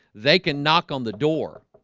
they can knock on the door,